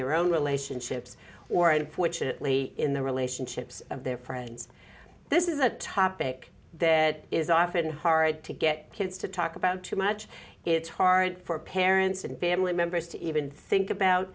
their own relationships or unfortunately in the relationships of their friends this is a topic that is often hard to get kids to talk about too much it's hard for parents and family members to even think about